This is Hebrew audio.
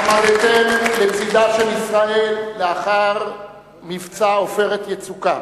עמדתם לצדה של ישראל לאחר מבצע "עופרת יצוקה".